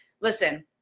listen